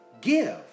Give